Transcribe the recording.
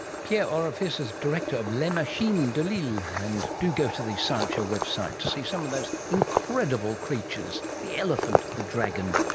pierre orefice is director of les machine de l'ile, and do go to the science show website to see some of those incredible creatures, the elephant, the dragon,